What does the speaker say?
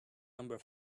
number